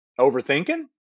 Overthinking